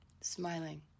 Smiling